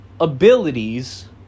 abilities